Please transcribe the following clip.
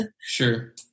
Sure